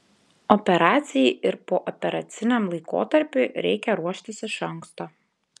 operacijai ir pooperaciniam laikotarpiui reikia ruoštis iš anksto